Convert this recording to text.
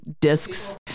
discs